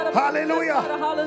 hallelujah